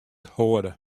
hâlde